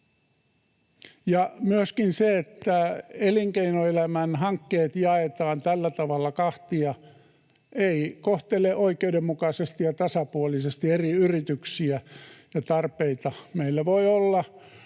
Myöskään se, että elinkeinoelämän hankkeet jaetaan tällä tavalla kahtia, ei kohtele oikeudenmukaisesti ja tasapuolisesti eri yrityksiä ja tarpeita. Meillä voi olla